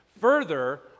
further